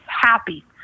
happy